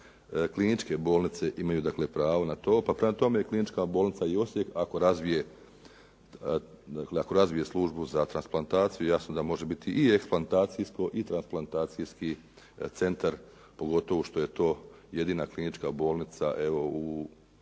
kliničke bolnice imaju dakle, pravo na to. Pa prema tome klinička bolnica i Osijek ako razvije, dakle, ako razvije službu za transplantaciju jasno da može biti i eksplantacijsko i transplantacijski centar pogotovo što je to jedina klinička bolnica u